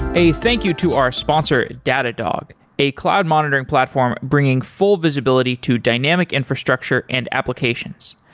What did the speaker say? a thank you to our sponsor datadog a cloud monitoring platform bringing full visibility to dynamic infrastructure and applications.